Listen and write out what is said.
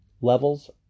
Levels